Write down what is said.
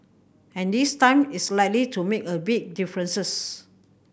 and this time it's likely to make a big differences